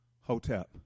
Hotep